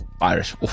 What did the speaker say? Irish